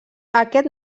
aquest